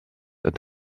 and